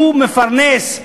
שהוא מפרנס,